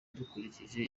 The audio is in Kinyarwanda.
dukurikije